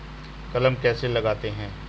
कलम कैसे लगाते हैं?